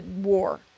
war